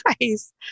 guys